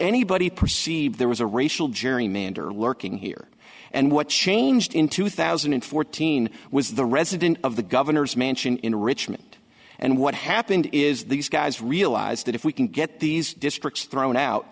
anybody perceived there was a racial gerrymander lurking here and what changed in two thousand and fourteen was the resident of the governor's mansion enrichment and what happened is these guys realize that if we can get these districts thrown out